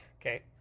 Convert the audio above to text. Okay